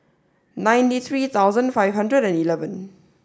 ninety three thousand five hundred and eleven